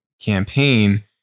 campaign